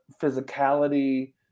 physicality